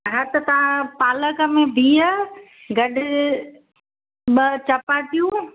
हा त तव्हां पालक में बिहु गॾु ॿ चपातियूं